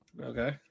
Okay